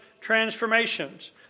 transformations